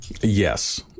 Yes